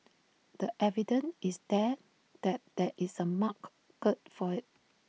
the evidence is there that there is A mark good for IT